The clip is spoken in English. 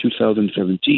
2017